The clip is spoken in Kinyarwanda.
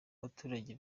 abaturage